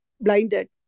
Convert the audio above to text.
blinded